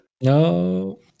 No